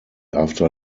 after